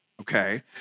okay